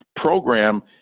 program